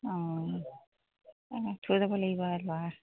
অঁ থৈ যাব লাগিব আৰু ল'ৰা